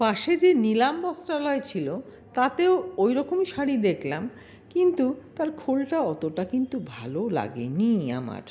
পাশে যে নিলাম বস্ত্রালয় ছিল তাতেও ওইরকমই শাড়ি দেখলাম কিন্তু তার খোলটা অতটা কিন্তু ভালো লাগেনি আমার